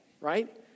right